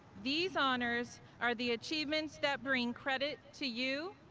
these honors are the achievements that bring credit to you,